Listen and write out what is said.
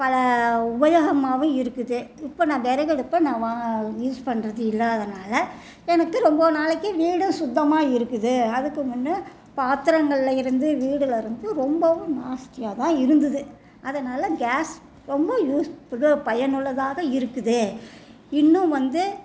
பல உபயோகமாகவும் இருக்குது இப்போ நான் விறகடுப்ப நான் வா யூஸ் பண்ணுறது இல்லாததனால எனக்கு ரொம்ப நாளைக்கு வீடும் சுத்தமாக இருக்குது அதுக்கு முன்ன பாத்திரங்கள்ல இருந்து வீடில் இருந்து ரொம்பவும் நாஸ்த்தியாகதான் இருந்தது அதனால் கேஸ் ரொம்ப யூஸ் உப பயனுள்ளதாக இருக்குது இன்னும் வந்து